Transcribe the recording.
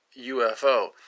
UFO